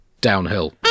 downhill